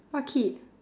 what kid